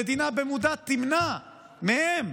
המדינה במודע תמנע מהם